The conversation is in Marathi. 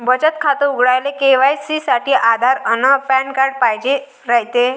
बचत खातं उघडाले के.वाय.सी साठी आधार अन पॅन कार्ड पाइजेन रायते